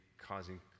causing